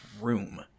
room